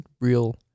real